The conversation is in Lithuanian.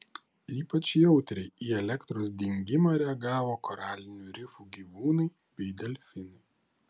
ypač jautriai į elektros dingimą reagavo koralinių rifų gyvūnai bei delfinai